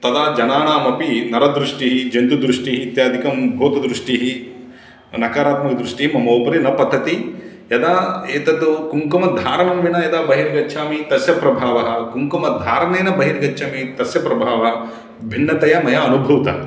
तदा जनानाम् अपि नरदृष्टिः जन्तुदृष्टिः इत्यादिकं भौतदृष्टिः नकारात्मकदृष्टिः मम उपरि न पतति यदा एतद् कुङ्कुमधारणं विना यदा बहिर्गच्छामि तस्य प्रभावः कुङ्कुमधारणेन बहिर्गच्छामि तस्य प्रभावः भिन्नतया मया अनुभूता